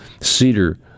cedar